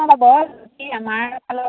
ভাল হ'ব আমাৰফালৰপৰা